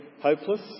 hopeless